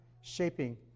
shaping